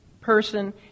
person